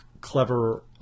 clever